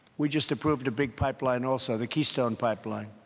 we just approved a big pipeline also the keystone pipeline.